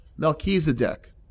Melchizedek